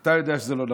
אתה יודע שזה לא נכון,